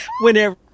whenever